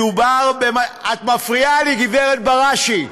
מדובר, את מפריעה לי, גב' בראשי.